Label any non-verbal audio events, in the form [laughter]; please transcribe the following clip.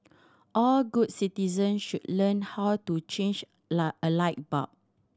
all good citizens should learn how to change [unintelligible] a light bulb